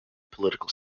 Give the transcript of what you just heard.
political